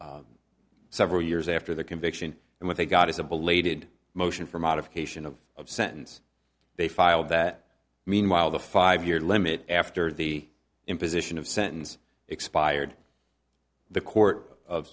several years after the conviction and what they got is a belated motion for modification of sentence they filed that meanwhile the five year limit after the imposition of sentence expired the court of